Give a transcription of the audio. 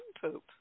poop